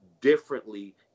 differently